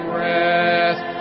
rest